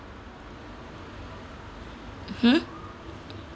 hmm